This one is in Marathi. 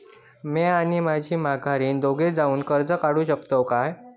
म्या आणि माझी माघारीन दोघे जावून कर्ज काढू शकताव काय?